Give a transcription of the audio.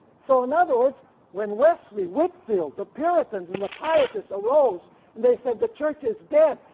so in other words when wesley, whitfield the puritans and the pietists arose and they said, the church is dead,